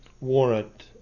warrant